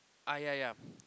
ah yeah yeah